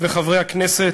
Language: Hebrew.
וחברי הכנסת,